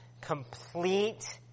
complete